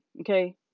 okay